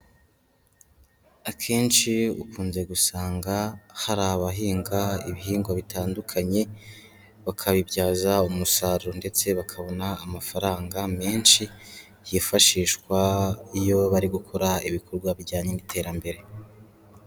Akenshi ukunze gusanga hari abahinga ibihingwa bitandukanye, bakabibyaza umusaruro ndetse bakabona amafaranga menshi, yifashishwa iyo bari gukora ibikorwa bijyanye n'iterambere.